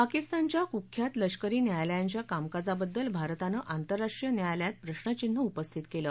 पाकिस्तानच्या कुख्यात लष्करी न्यायालयांच्या कामकाजाबद्दल भारतानं आंतरराष्ट्रीय न्यायालयात प्रश्नचिन्ह उपस्थित केलं